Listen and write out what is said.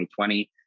2020